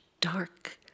dark